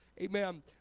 Amen